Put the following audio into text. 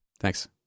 Thanks